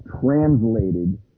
translated